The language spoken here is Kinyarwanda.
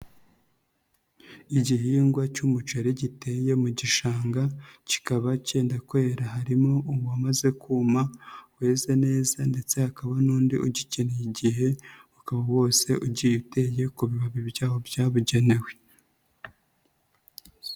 Igihingwa cy'umuceri giteye mu gishanga kikaba kenda kwera, harimo uwamaze kuma, weze neza ndetse hakaba n'undi ugikeneye igihe, ukaba wose ugiye uteye ku bibabi byaho byabugenewe.